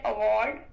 Award